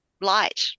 light